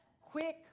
quick